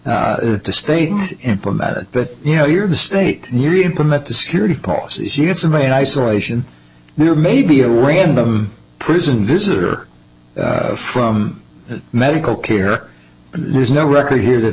to state that you know you're the state nearly implement the security policies you get somebody in isolation there may be a random prison visitor from medical care there's no record here that